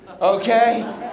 okay